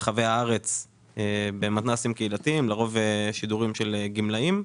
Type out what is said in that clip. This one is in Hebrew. ברחבי הארץ - לרוב שידורים של גמלאים.